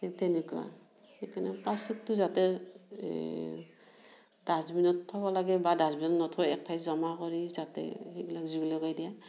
সেই তেনেকুৱা সেইকাৰণে প্লাষ্টিকটো যাতে এই ডাষ্টবিনত থ'ব লাগে বা ডাষ্টবিনত নথৈ এক ঠাইত জমা কৰি যাতে সেইবিলাক জুই লগায় দিয়ে